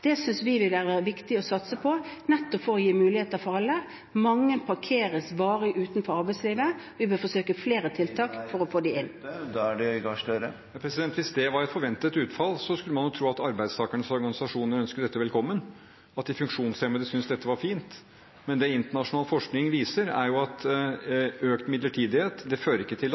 Det synes vi vil være viktig å satse på, nettopp for å gi muligheter for alle. Mange parkeres varig utenfor arbeidslivet, vi bør forsøke flere tiltak for å få dem inn. Hvis det var et forventet utfall, skulle man jo tro at arbeidstakernes organisasjoner ønsket dette velkommen, og at de funksjonshemmede syntes dette var fint. Men det internasjonal forskning viser, er at økt midlertidighet ikke